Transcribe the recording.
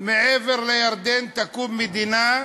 שמעבר לירדן תקום מדינה,